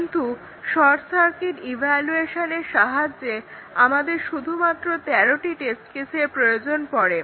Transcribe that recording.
কিন্তু short circuit ইভালুয়েশনের সাহায্যে আমাদের শুধুমাত্র 13 টি টেস্ট কেসের প্রয়োজন পড়বে